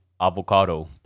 avocado